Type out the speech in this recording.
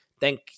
thank